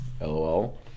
LOL